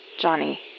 Johnny